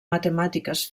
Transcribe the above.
matemàtiques